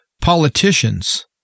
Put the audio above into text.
politicians